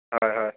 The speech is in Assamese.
হয় হয়